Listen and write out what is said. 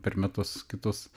per metus kitus